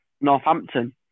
Northampton